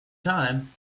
time